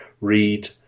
read